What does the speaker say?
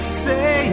say